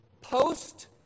post